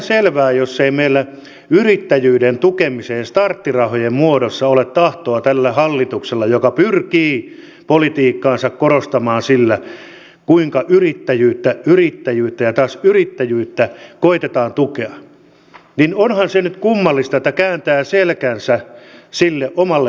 nyt jos ei meillä yrittäjyyden tukemiseen starttirahojen muodossa ole tahtoa tällä hallituksella joka pyrkii politiikkaansa korostamaan sillä kuinka yrittäjyyttä yrittäjyyttä ja taas yrittäjyyttä koetetaan tukea niin onhan se nyt kummallista että se kääntää selkänsä sille omalle politiikalleen